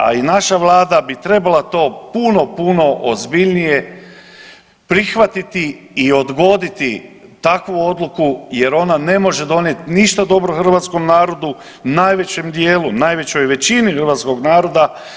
A i naša Vlada bi trebala to puno, puno ozbiljnije prihvatiti o odgoditi takvu odluku jer ona ne može donijet ništa dobro hrvatskom narodu, najvećem dijelu, najvećoj većini hrvatskog naroda.